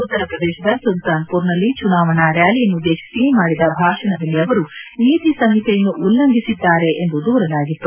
ಉತ್ತರಪ್ರದೇಶದ ಸುಲ್ತಾನ್ಪುರ್ನಲ್ಲಿ ಚುನಾವಣಾ ರ್್ಯಾಲಿಯನ್ನುದ್ದೇಶಿಸಿ ಮಾಡಿದ ಭಾಷಣದಲ್ಲಿ ಅವರು ನೀತಿ ಸಂಹಿತೆಯನ್ನು ಉಲ್ಲಂಘಿಸಿದ್ದಾರೆ ಎಂದು ದೂರಲಾಗಿತ್ತು